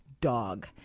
dog